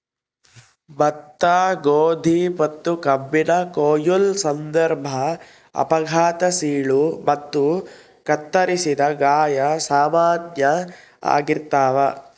ಭತ್ತ ಗೋಧಿ ಮತ್ತುಕಬ್ಬಿನ ಕೊಯ್ಲು ಸಂದರ್ಭ ಅಪಘಾತ ಸೀಳು ಮತ್ತು ಕತ್ತರಿಸಿದ ಗಾಯ ಸಾಮಾನ್ಯ ಆಗಿರ್ತಾವ